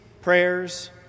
prayers